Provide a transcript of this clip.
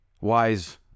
wise